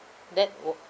death of